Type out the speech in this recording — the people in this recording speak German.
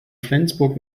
flensburg